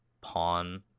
pawn